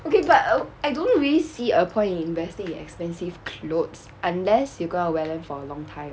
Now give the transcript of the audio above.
okay but I don't really see a point in investing in expensive clothes unless you gonna wear them for a long time